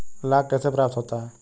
लाख कैसे प्राप्त होता है?